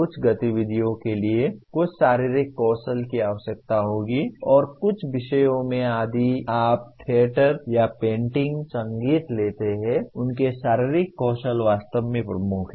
कुछ गतिविधियों के लिए कुछ शारीरिक कौशल की आवश्यकता होगी और कुछ विषयों में यदि आप थिएटर या पेंटिंग संगीत लेते हैं उनके शारीरिक कौशल वास्तव में प्रमुख हैं